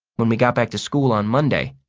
when we got back to school on monday,